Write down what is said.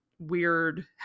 weird